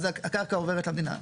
אז הקרקע עוברת למדינה.